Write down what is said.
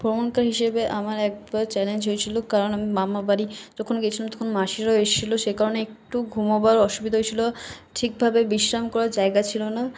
ভ্রমণকারী হিসেবে আমার একবার চ্যালেঞ্জ হয়েছিল কারণ আমি মামাবাড়ি যখন গেছিলাম তখন মাসিরাও এসছিল সে কারণে একটু ঘুমোবার অসুবিধা হয়েছিল ঠিকভাবে বিশ্রাম করার জায়গা ছিল না